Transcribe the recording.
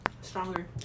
stronger